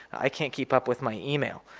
i can't keep up with my email.